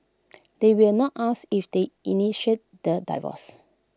they will not asked if they initiated the divorce